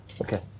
Okay